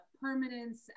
permanence